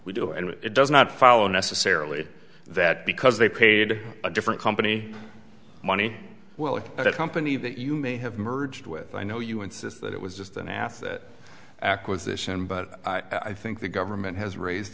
we do and it does not follow necessarily that because they paid a different company money well that company that you may have merged with i know you insist that it was just an asset acquisition but i think the government has raised